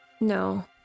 No